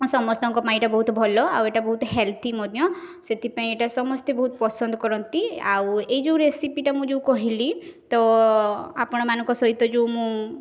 ସମସ୍ତଙ୍କ ପାଇଁ ଏଇଟା ବହୁତ ଭଲ ଆଉ ଏଇଟା ବହୁତ ହେଲଦି ମଧ୍ୟ ସେଥିପାଇଁ ଏଇଟା ସମସ୍ତେ ବହୁତ ପସନ୍ଦ କରନ୍ତି ଆଉ ଏଇ ଯେଉଁ ରେସିପିଟା ମୁଁ ଯେଉଁ କହିଲି ତ ଆପଣମାନଙ୍କ ସହିତ ଯେଉଁ ମୁଁ